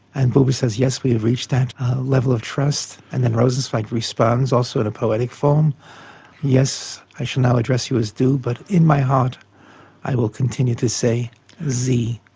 and buber says yes, we've reached that level of trust, and then rosenzweig responds, also in a poetic form yes, i shall now address you as du, but in my heart i will continue to say sie.